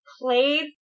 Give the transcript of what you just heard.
played